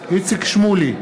איציק שמולי,